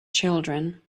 children